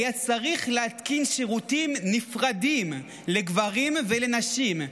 היה צריך להתקין שירותים נפרדים לגברים ולנשים,